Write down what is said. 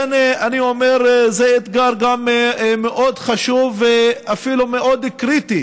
אני אומר, גם זה אתגר מאוד חשוב ואפילו מאוד קריטי